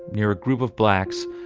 near a group of blacks,